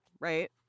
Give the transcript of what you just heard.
right